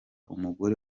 umugore